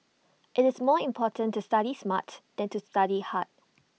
IT is more important to study smart than to study hard